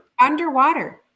Underwater